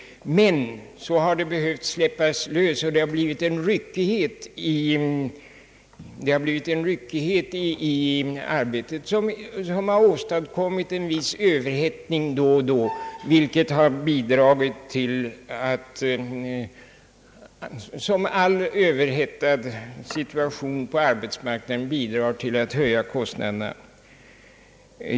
Men så har behov uppstått att släppa lös detta byggande, vilket medfört ryckighet i arbetet med en viss överhettning då och då som följd. Som alla överhettade situationer på arbetsmarknaden har detta bidragit till att öka kostnaderna.